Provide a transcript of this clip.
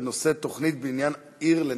בנושא תוכנית בניין עיר לנגוהות.